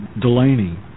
Delaney